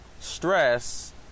Stress